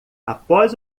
após